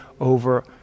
over